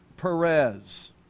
Perez